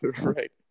Right